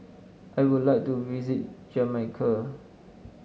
I would like to visit Jamaica